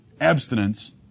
abstinence